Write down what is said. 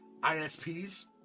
ISPs